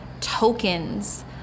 tokens